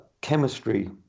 chemistry